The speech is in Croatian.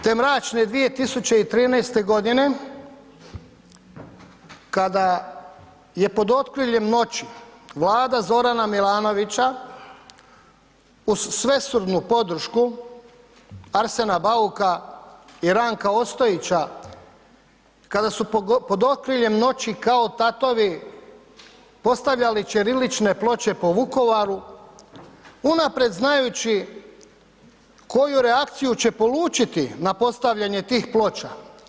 Te mračne 2013. godine kada je pod okriljem noći Vlada Zorana Milanovića uz svesrdnu podršku Arsena Bauka i Ranka Ostojića, kada su pod okriljem noći kao ... postavljali ćirilične ploče po Vukovaru unaprijed znajući koju reakciju će polučiti na postavljanje tih ploča.